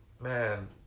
Man